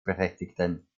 berechtigten